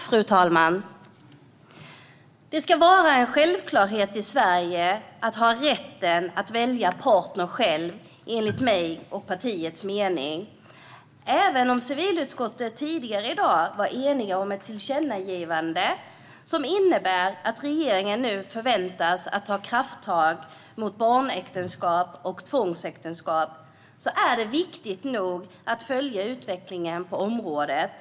Fru talman! Det ska vara en självklarhet i Sverige att ha rätten att välja partner själv, enligt min och partiets mening. Även om civilutskottet tidigare i dag var enigt om ett tillkännagivande som innebär att regeringen nu förväntas ta krafttag mot barnäktenskap och tvångsäktenskap är det viktigt att noga följa utvecklingen på området.